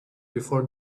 before